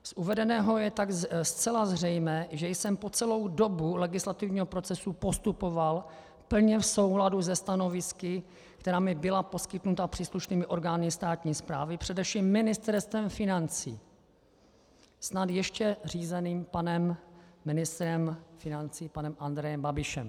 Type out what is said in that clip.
Z uvedeného je tak zcela zřejmé, že jsem po celou dobu legislativního procesu postupoval plně v souladu se stanovisky, která mi byla poskytnuta příslušnými orgány státní správy, především Ministerstvem financí, snad ještě řízeným panem ministrem financí Andrejem Babišem.